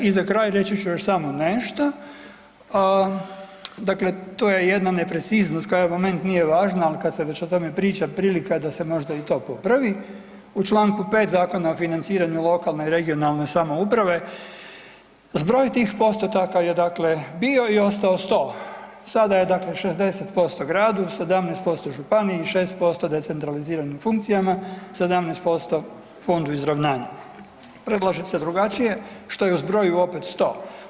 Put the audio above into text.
I za kraj reći ću još samo nešta, dakle to je jedna nepreciznost koja ovaj moment nije važna, ali kada se već o tome priča prilika je da se možda i to popravi u čl. 5. Zakona o financiranju lokalne i regionalne samouprave zbroj tih postotaka je bio i ostao 100, sada je 60% gradu, 17% županiji i 6% decentraliziranim funkcijama, 17% fondu izravnanja, predlaže se drugačije što je u zbroju opet 100.